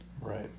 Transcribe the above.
Right